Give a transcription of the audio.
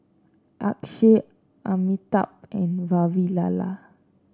Akshay Amitabh and Vavilala